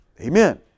Amen